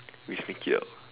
we sneak it out